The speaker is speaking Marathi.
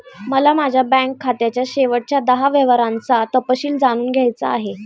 मला माझ्या बँक खात्याच्या शेवटच्या दहा व्यवहारांचा तपशील जाणून घ्यायचा आहे